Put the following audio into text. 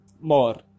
more